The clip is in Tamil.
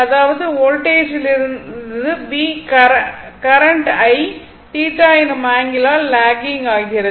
அதாவது வோல்டேஜ் V யிலிருந்து கரண்ட் I θ எனும் ஆங்கிளால் லாக்கிங் ஆகிறது